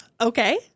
okay